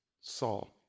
Saul